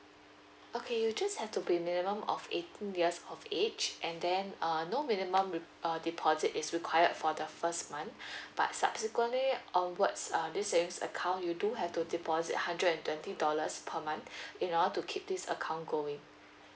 okay you just have to be minimum of eighteen years of age and then uh no minimum with uh deposit is required for the first month but subsequently onwards uh this savings account you do have to deposit hundred and twenty dollars per month in order to keep this account going